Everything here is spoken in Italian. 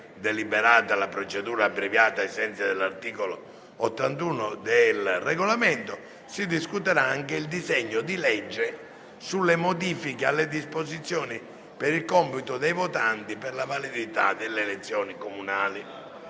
deliberata la procedura abbreviata ai sensi dell'articolo 81 del Regolamento, il disegno di legge sulle modifiche alle disposizioni per il computo dei votanti per la validità delle elezioni comunali.